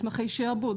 מסמכי שעבוד,